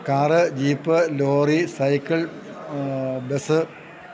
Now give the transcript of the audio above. car jeep lorry cycle bus